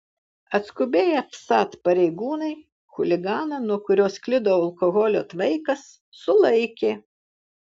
atskubėję vsat pareigūnai chuliganą nuo kurio sklido alkoholio tvaikas sulaikė